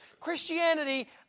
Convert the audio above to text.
Christianity